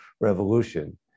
revolution